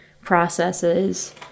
processes